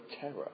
terror